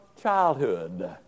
childhood